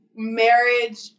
Marriage